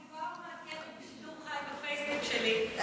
אני כבר מעדכנת בשידור חי בפייסבוק שלי,